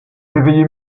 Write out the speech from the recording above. réveillé